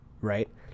right